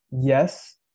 yes